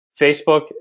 Facebook